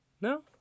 No